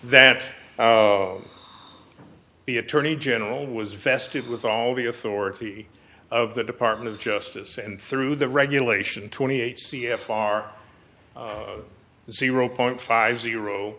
that the attorney general was vested with all the authority of the department of justice and through the regulation twenty eight c f r zero point five zero